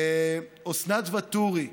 אסנת וטורי,